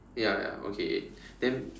ya ya okay then